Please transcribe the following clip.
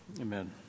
Amen